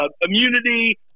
Immunity